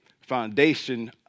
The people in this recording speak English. foundation